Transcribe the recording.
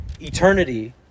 eternity